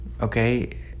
Okay